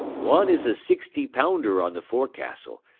one is a sixty-pounder on the forecastle,